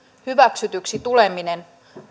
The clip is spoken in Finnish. hyväksytyksi tuleminen